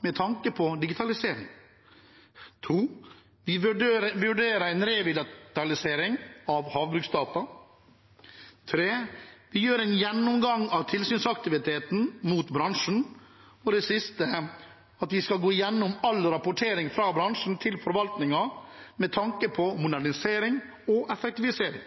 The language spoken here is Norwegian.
med tanke på digitalisering. Vi vurderer en revitalisering av Havbruksdata. Vi gjør en gjennomgang av tilsynsaktiviteten mot bransjen. Vi skal gå gjennom all rapportering fra bransjen til forvaltningen med tanke på modernisering og effektivisering.